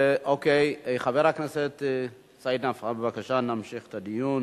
חבר הכנסת סעיד נפאע, בבקשה, נמשיך את הדיון.